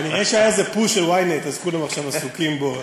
כנראה היה איזה "פוש" של ynet אז כולם עכשיו עסוקים בו.